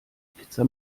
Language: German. pizza